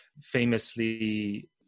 Famously